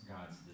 God's